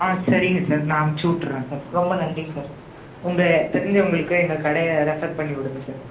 ஆ சரிங்க சார் நான் அனுபுச்சிவுட்டுறேன் சார் ரொம்ப நன்றி சார் உங்கள் தெரிஞ்சவங்களுக்கு எங்கள் கடையை ரெஃபர் பண்ணிவிடுங்க சார்